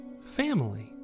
Family